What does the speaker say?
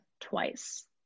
twice